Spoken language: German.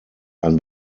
ein